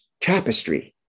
tapestry